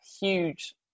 huge